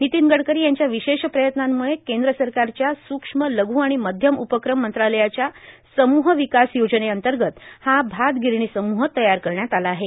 नितीन गडकरी यांच्या विशेष प्रयत्नामुळं केंद्र सरकारच्या सुक्ष्म लघू आणि मध्यम उपक्रम मंत्रालयाच्या सम्रह विकास योजनेअंतर्गत हा भातगिरणी सम्रह तयार करण्यात आला आहे